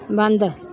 ਬੰਦ